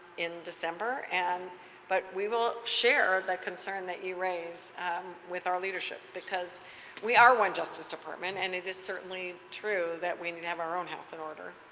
in december. and but we will share the concern that you raised with our leadership because we are one justice department and it is certainly true that we need to have our own house in order